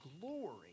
glory